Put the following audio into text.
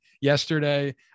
Yesterday